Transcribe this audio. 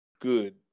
good